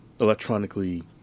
electronically